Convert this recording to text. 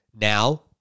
Now